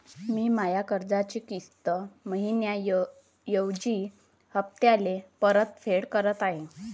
मी माया कर्जाची किस्त मइन्याऐवजी हप्त्याले परतफेड करत आहे